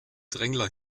drängler